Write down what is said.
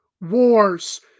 Wars